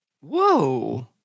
Whoa